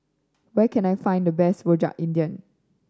where can I find the best Rojak India